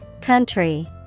Country